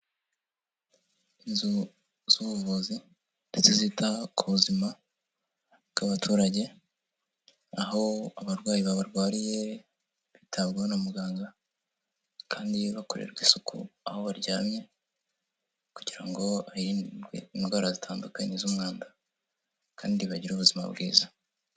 Inzu z'ubuvuzi ndetse zita ku buzima bw'abaturage, aho abarwayi barwariye bitabwaho na muganga kandi bakorerwa isuku aho baryamye kugira ngo harindwe indwara zitandukanye z'umwanda kandi bagire ubuzima bwiza.